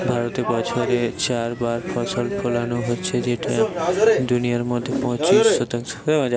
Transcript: ভারতে বছরে চার বার ফসল ফোলানো হচ্ছে যেটা দুনিয়ার মধ্যে পঁচিশ শতাংশ